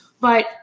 but-